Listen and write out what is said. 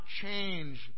change